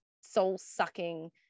soul-sucking